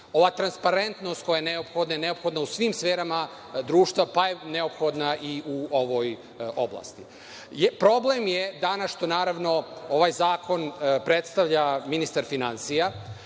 Ova transparentnost koja je neophodna u svim sferama društva, pa je neophodna i u ovoj oblasti. Problem je danas, naravno, što ovaj zakon predstavlja ministar finansija.